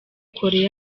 korea